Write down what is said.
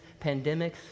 pandemics